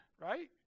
right